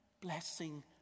blessing